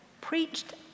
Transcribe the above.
preached